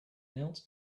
knelt